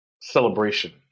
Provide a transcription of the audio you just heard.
celebration